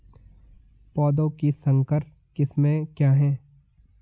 पौधों की संकर किस्में क्या हैं?